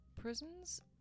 prisons